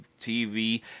TV